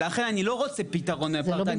ולכן אני לא רוצה פתרון פרטני.